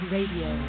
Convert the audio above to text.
Radio